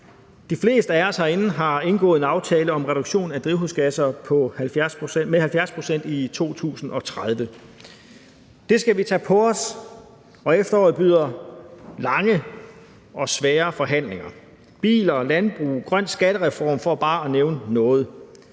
De fleste af os herinde har indgået en aftale om reduktion af drivhusgasser med 70 pct. i 2030. Det skal vi tage på os, og efteråret byder på lange og svære forhandlinger. Biler og landbrug og en grøn skattereform for bare at nævne noget.